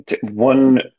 One